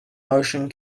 motion